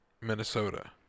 Minnesota